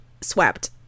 swept